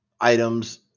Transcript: items